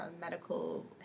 medical